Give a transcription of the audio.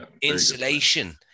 Insulation